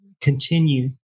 continue